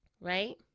right